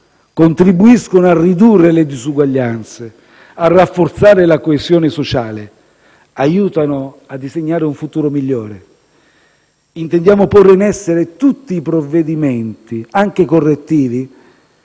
contribuiscono a ridurre le diseguaglianze, a rafforzare la coesione sociale, aiutano a disegnare un futuro migliore. Intendiamo porre in essere tutti i provvedimenti, anche correttivi,